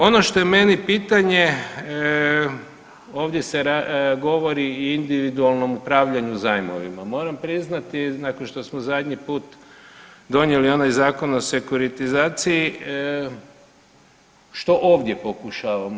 Ono što je meni pitanje ovdje se govori i o individualnom upravljanju zajmovima, moram priznati nakon što smo zadnji put donijeli onaj zakon o sekuritizaciji što ovdje pokušavamo?